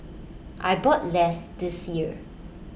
I bought less this year